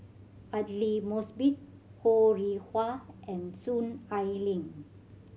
Aidli Mosbit Ho Rih Hwa and Soon Ai Ling